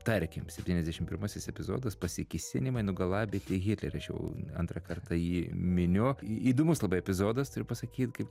tarkim septyniasdešim pirmasis epizodas pasikėsinimai nugalabyti hitlerį aš jau antrą kartą jį miniu įdomus labai epizodas ir pasakyt kaip